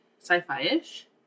sci-fi-ish